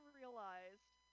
realized